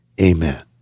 amen